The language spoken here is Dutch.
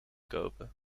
kopen